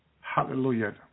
Hallelujah